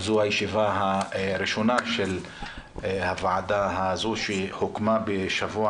זו הישיבה הראשונה של הוועדה הזו שהוקמה בשבוע